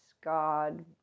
God